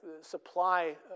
supply